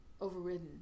Overridden